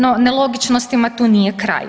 No nelogičnostima tu nije kraj.